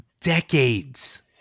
decades